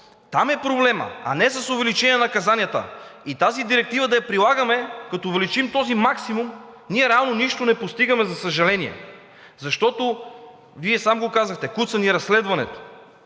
Там е проблемът, а не с увеличение на наказанията и тази директива да я прилагаме, като увеличим този максимум, ние реално нищо не постигаме, за съжаление. Защото Вие сам казахте: куца ни разследването.